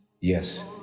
yes